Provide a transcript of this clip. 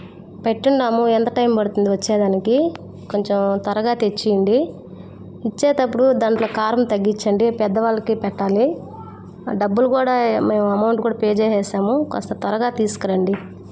పెట్టి ఉన్నాము ఎంత టైం పడుతుంది వచ్చేదానికి కొంచెం త్వరగా తెచ్చివ్వండి ఇచ్చేటప్పుడు దాంట్లో కారం తగ్గించండి పెద్దవాళ్ళకి పెట్టాలి డబ్బులు కూడా మేము అమౌంట్ కూడా పే చేసేసాము కాస్త త్వరగా తీసుకురండి